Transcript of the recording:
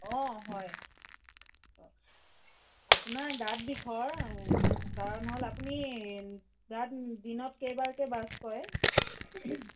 অ হয় আপোনাৰ দাঁত বিষৰ কাৰণ হ'ল আপুনি দাঁত দিনত কেইবাৰকৈ ব্ৰাছ কৰে